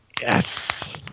Yes